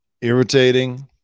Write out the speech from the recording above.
irritating